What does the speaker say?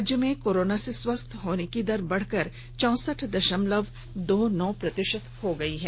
राज्य में कोरोना से स्वस्थ होने की दर बढ़कर चौसठ दशमलव दो नौ प्रतिशत हो गई है